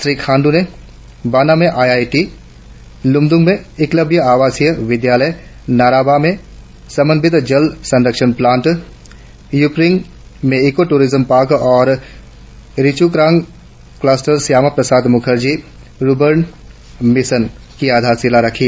श्री खांडू ने बाना में I T I Lumdung में एकलव्य आवासीय विद्यालय नाराबा में समन्वित जल संरक्षण प्लांट यार्पिंग में इको टूरिज्म पार्क और Richukrong cluster Shyama Prasad Mukherjee rurban mission की आधारशिला रखी